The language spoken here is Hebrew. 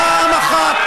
פעם אחת,